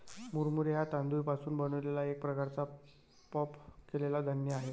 मुरमुरे हा तांदूळ पासून बनलेला एक प्रकारचा पफ केलेला धान्य आहे